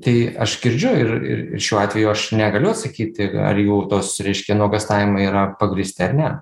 tai aš girdžiu ir ir šiuo atveju aš negaliu atsakyti ar jų tos reiškia nuogąstavimai yra pagrįsti ar ne